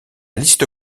liste